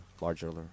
larger